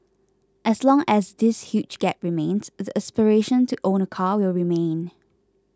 as long as this huge gap remains the aspiration to own a car will remain